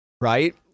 right